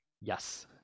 Yes